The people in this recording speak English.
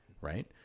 right